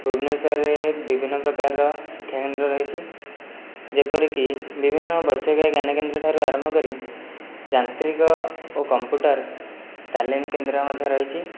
ଭୂବନେଶ୍ୱରରେ ବିଭିନ୍ନ ପ୍ରକାର ଶିକ୍ଷାକେନ୍ଦ୍ର ରହିଛି ଯେପରିକି ବିଭିନ୍ନ ଵୈସାୟିକ ଜ୍ଞାନକେନ୍ଦ୍ର ଠାରୁ ଆରମ୍ଭ କରି ଯାନ୍ତ୍ରିକ ଓ କମ୍ପ୍ୟୁଟର ତାଲିମ୍ କେନ୍ଦ୍ର ମଧ୍ୟ ରହିଛି